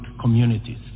communities